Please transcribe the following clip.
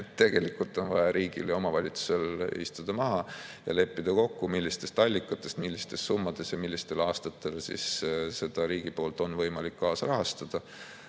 Tegelikult on vaja riigil ja omavalitsusel istuda maha ja leppida kokku, millistest allikatest, millistes summades ja millistel aastatel on seda riigil võimalik kaasrahastada.